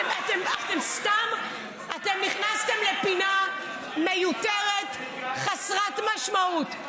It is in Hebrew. אתם סתם, אתם נכנסתם לפינה מיותרת, חסרת משמעות.